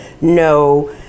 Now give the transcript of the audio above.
no